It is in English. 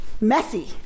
messy